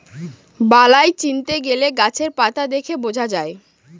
বালাই চিনতে গেলে গাছের পাতা দেখে বোঝা যায়